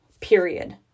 period